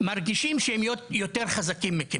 מרגישים שהם חזקים מכם,